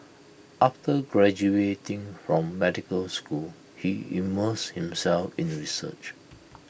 after graduating from medical school he immersed himself in research